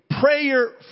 prayer